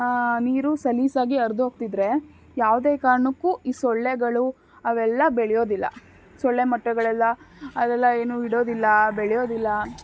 ನೀರು ಸಲೀಸಾಗಿ ಹರ್ದ್ ಹೋಗ್ತಿದ್ರೆ ಯಾವುದೇ ಕಾರಣಕ್ಕು ಈ ಸೊಳ್ಳೆಗಳು ಅವೆಲ್ಲ ಬೆಳೆಯೋದಿಲ್ಲ ಸೊಳ್ಳೆ ಮೊಟ್ಟೆಗಳೆಲ್ಲ ಅಲ್ಲೆಲ್ಲ ಏನು ಇಡೋದಿಲ್ಲ ಬೆಳೆಯೋದಿಲ್ಲ